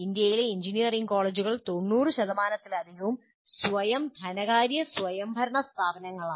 ഇന്ത്യയിലെ എഞ്ചിനീയറിംഗ് കോളേജുകളിൽ 90 ശതമാനത്തിലധികവും സ്വയം ധനകാര്യ സ്വയംഭരണ സ്ഥാപനങ്ങളാണ്